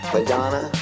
Madonna